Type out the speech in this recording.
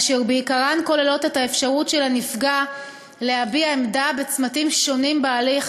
אשר בעיקרן כוללות את האפשרות של הנפגע להביע עמדה בצמתים שונים בהליך,